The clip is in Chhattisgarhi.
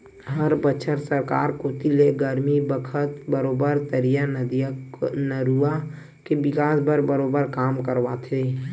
हर बछर सरकार कोती ले गरमी बखत बरोबर तरिया, नदिया, नरूवा के बिकास बर बरोबर काम करवाथे